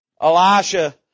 Elisha